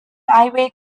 highway